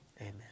amen